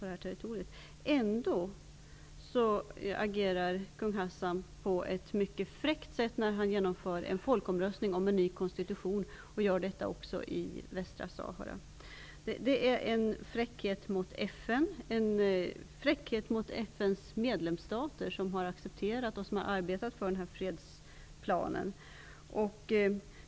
Ändå agerar kung Hassan på ett mycket fräckt sätt och genomför en folkomröstning om en ny konstitution också i Västra Sahara. Det är en fräckhet mot FN, mot FN:s medlemsstater, som har accepterat och arbetat för denna fredsplan.